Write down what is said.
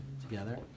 together